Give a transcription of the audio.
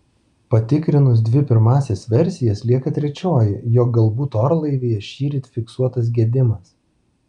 patikrinus dvi pirmąsias versijas lieka trečioji jog galbūt orlaivyje šįryt fiksuotas gedimas